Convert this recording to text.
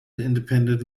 independent